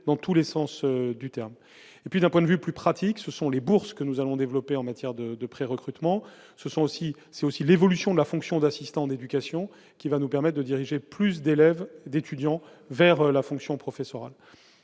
dans tous les sens du terme, et puis, d'un point de vue plus pratique, ce sont les bourses que nous allons développer en matière de de pré-recrutement, ce sont aussi, c'est aussi l'évolution de la fonction d'assistant d'éducation qui va nous permet de diriger plus d'élèves et d'étudiants vers la fonction professoral